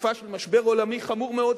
בתקופה של משבר עולמי חמור מאוד,